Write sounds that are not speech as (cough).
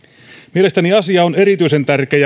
mielestäni asia on erityisen tärkeä (unintelligible)